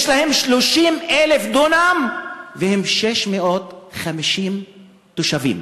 יש להם 30,000 דונם, והם 650 תושבים?